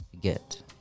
get